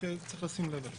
שצריך לשים לב אליה.